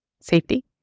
Safety